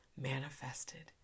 manifested